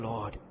Lord